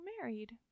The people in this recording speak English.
married